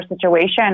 situation